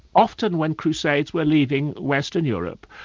often when crusades were leaving western europe,